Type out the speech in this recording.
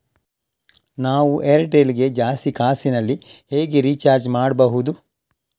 ನಾವು ಏರ್ಟೆಲ್ ಗೆ ಜಾಸ್ತಿ ಕಾಸಿನಲಿ ಹೇಗೆ ರಿಚಾರ್ಜ್ ಮಾಡ್ಬಾಹುದು?